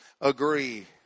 agree